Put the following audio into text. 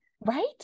Right